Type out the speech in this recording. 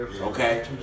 Okay